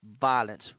violence